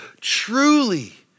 truly